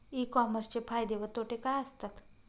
E कॉमर्सचे फायदे व तोटे काय असतात?